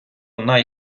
най